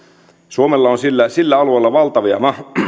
suomella on sillä sillä alueella valtavia